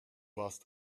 warst